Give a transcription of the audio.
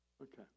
Okay